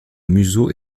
museau